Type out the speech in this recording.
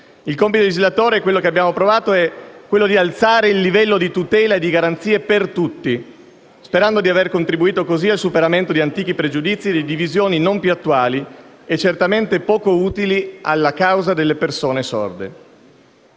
il compito del legislatore sia diverso: quello che abbiamo provato ad assolvere è di alzare il livello di tutela e di garanzia per tutti, sperando di aver contribuito così al superamento di antichi pregiudizi e di divisioni non più attuali e certamente poco utili alla causa delle persone sorde.